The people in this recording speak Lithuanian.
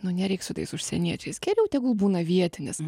nu nereik su tais užsieniečiais geriau tegul būna vietinis